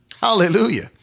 Hallelujah